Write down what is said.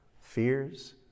Fears